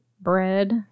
Bread